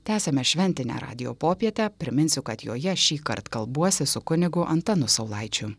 tęsiame šventinę radijo popietę priminsiu kad joje šįkart kalbuosi su kunigu antanu saulaičiu